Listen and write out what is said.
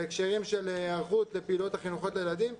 בהקשרים של היערכות לפעילויות חינוכיות לילדים,